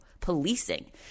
policing